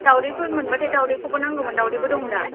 दावदैफोर मोनबाथाय दावदैखौबो नांगौमोन दावदैबो दंदा